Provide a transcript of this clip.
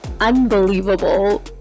unbelievable